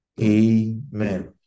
Amen